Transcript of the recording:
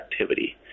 activity